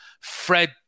Fred